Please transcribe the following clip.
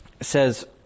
says